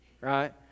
right